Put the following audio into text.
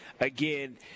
again